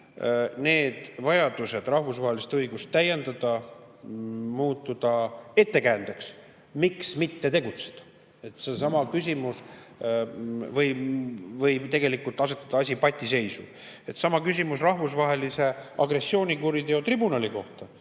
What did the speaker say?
need vajadused rahvusvahelist õigust täiendada muutuda ettekäändeks, miks mitte tegutseda. See võib tegelikult asetada asja patiseisu. Sama küsimus rahvusvahelise agressioonikuriteo tribunali kohta